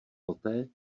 poté